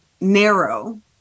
narrow